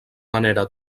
manera